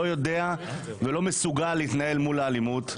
לא יודע ולא מסוגל להתנהל מול האלימות.